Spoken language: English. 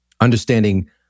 understanding